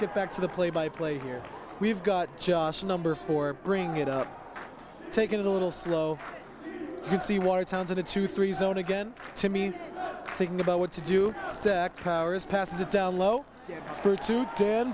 get back to the play by play here we've got just a number four bring it up take it a little slow and see what it sounds in a two three zone again to me thinking about what to do sec powers pass it down low for two ten